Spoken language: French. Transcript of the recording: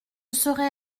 serai